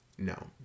No